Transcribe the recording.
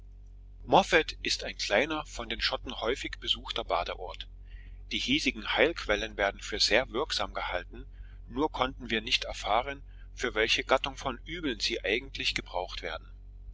ist ein kleiner von den schotten häufig besuchter badeort die hiesigen heilquellen werden für sehr wirksam gehalten nur konnten wir nicht erfahren für welche gattung von übeln sie eigentlich gebraucht werden